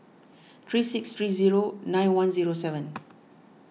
three six three zero nine one zero seven